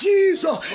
Jesus